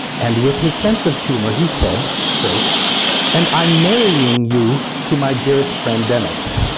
and with his sense of humor he said quote and i'm marrying you to my dearest friend dennis